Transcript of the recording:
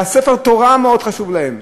וספר התורה מאוד חשוב להם,